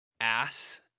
ass